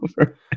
over